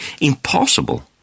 impossible